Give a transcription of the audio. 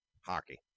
hockey